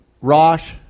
Rosh